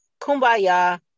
Kumbaya